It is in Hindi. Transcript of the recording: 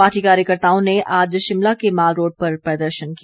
पार्टी कार्यकर्ताओं ने आज शिमला के मालरोड़ पर प्रदर्शन किया